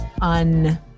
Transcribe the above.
un